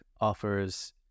offers